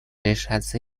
решаться